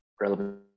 relevant